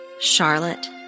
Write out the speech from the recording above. Charlotte